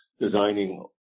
designing